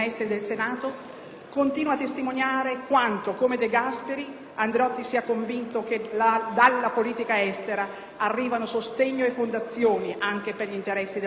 continua a testimoniare quanto, come De Gasperi, Andreotti sia convinto che dalla politica estera arrivino sostegno e fondazioni anche per gli interessi della politica interna.